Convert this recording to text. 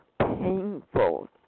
painful